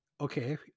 okay